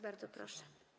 Bardzo proszę.